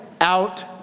out